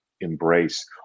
embrace